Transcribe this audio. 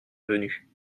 venu